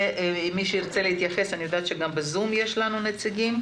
ומי שירצה להתייחס אני יודעת שגם בזום יש לנו נציגים